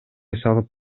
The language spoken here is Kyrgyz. салып